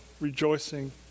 rejoicing